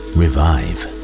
revive